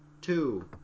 two